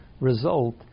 result